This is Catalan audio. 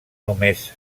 només